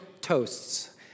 toasts